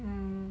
mm